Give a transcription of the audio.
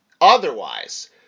otherwise